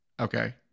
Okay